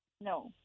No